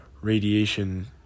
radiation